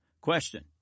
Question